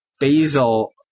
basil